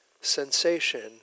sensation